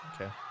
Okay